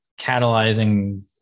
catalyzing